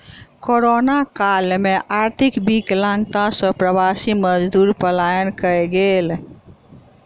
corona काल में आर्थिक विकलांगता सॅ प्रवासी मजदूर पलायन कय गेल